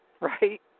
right